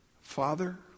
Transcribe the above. Father